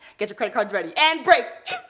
get your credit cards ready. and, break.